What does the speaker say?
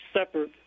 separate